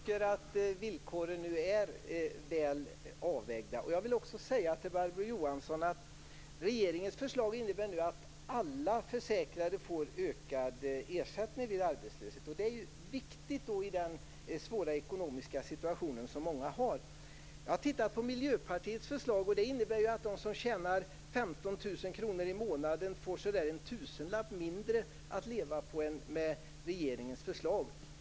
Herr talman! Jag tycker att villkoren är väl avvägda. Regeringens förslag innebär att alla försäkrade får höjd ersättning vid arbetslöshet. Det är viktigt, i den svåra ekonomiska situation som många befinner sig i. 15 000 kr i månaden får ungefär en tusenlapp mindre att leva på än med regeringens förslag.